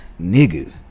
nigga